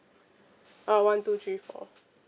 uh one two three four